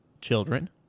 children